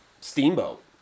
Steamboat